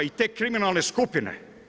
I te kriminalne skupine.